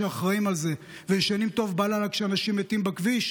שאחראים לזה וישנים טוב בלילה כשאנשים מתים בכביש,